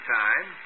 time